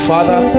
Father